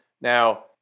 Now